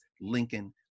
Lincoln